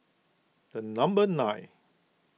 the number nine